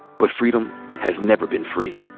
but freedom has never been free.